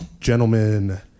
gentlemen